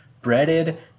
breaded